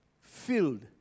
filled